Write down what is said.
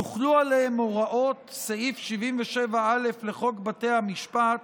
יוחלו עליהם הוראות סעיף 77א לחוק בתי המשפט